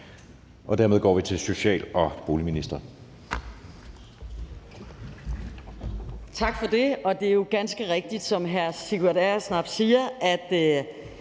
Dermed går vi til social- og boligministeren.